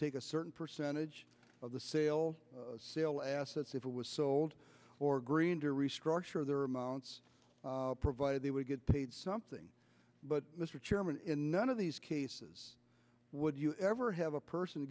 take a certain percentage of the sales sale assets if it was sold or green to restructure their amounts provided they would get paid something but mr chairman none of these cases would you ever have a person